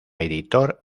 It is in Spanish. editor